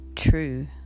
true